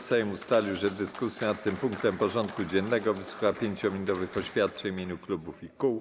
Sejm ustalił, że w dyskusji nad tym punktem porządku dziennego wysłucha 5-minutowych oświadczeń w imieniu klubów i kół.